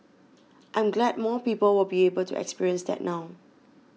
I'm glad more people will be able to experience that now